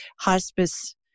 hospice